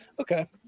Okay